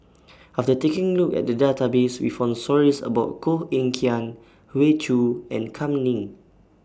after taking A Look At The Database We found stories about Koh Eng Kian Hoey Choo and Kam Ning